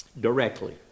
directly